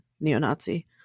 neo-Nazi